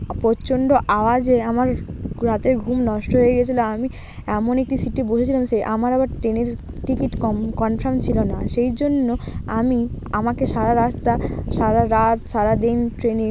প্রচন্ড আওয়াজে আমার রাতের ঘুম নষ্ট হয়ে গেছিলো আমি এমন একটি সিটে বসেছিলাম সেই আমার আবার টেনের টিকিট কম কনফার্ম ছিল না সেই জন্য আমি আমাকে সারা রাস্তা সারা রাত সারা দিন ট্রেনে